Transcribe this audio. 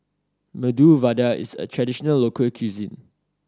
Medu Vada is a traditional local cuisine